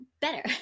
Better